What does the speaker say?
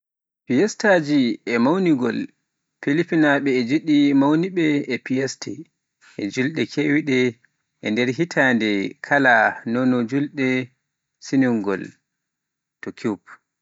Fiestaaji e mawningol. Filipinaaɓe ina njiɗi mawninde, e fiestas e juuldeeji keewɗi e nder hitaande ndee kala, hono juulde Sinulog to Cebu.